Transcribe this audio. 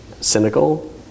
cynical